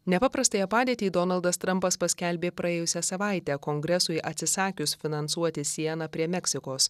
nepaprastąją padėtį donaldas trampas paskelbė praėjusią savaitę kongresui atsisakius finansuoti sieną prie meksikos